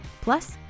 Plus